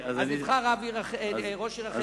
נבחר ראש עיר אחר.